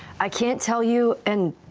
i can't tell you, and.